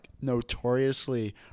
notoriously